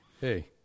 hey